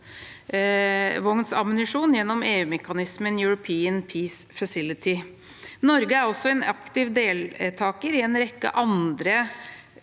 av stridsvognammunisjon gjennom EU-mekanismen European Peace Facility. Norge er også en aktiv deltaker i en rekke andre